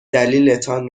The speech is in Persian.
دلیلتان